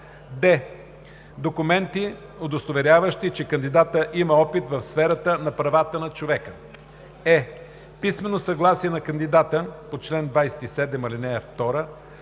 д) документи, удостоверяващи, че кандидатът има опит в сферата на правата на човека; е) писмено съгласие на кандидата по чл. 27, ал. 2